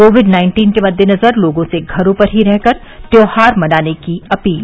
Covid nineteen के मद्देनजर लोगों से घरों पर ही रहकर त्यौहार मनाने की अपील